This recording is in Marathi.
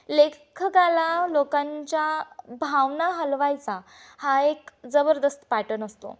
लेखकाला लोकांच्या भावना हलवायचा हा एक जबरदस्त पॅटन असतो